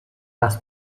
dass